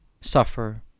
suffer